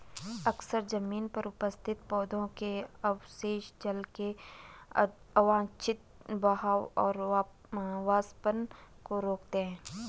अक्सर जमीन पर उपस्थित पौधों के अवशेष जल के अवांछित बहाव और वाष्पन को रोकते हैं